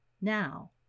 Now